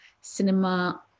cinema